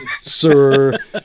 sir